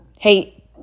Hey